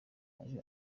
aje